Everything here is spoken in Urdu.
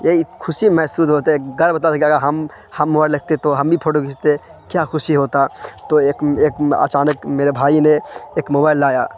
یہی خوشی محسوس ہوتا ہے گرب ہوتا تھا کہ اگر ہم ہم موبائل لکھتے تو ہم بھی فوٹو کھیچتے کیا خوشی ہوتا تو ایک ایک اچانک میرے بھائی نے ایک موبائل لایا